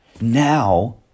Now